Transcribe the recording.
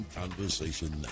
conversation